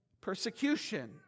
persecution